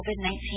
COVID-19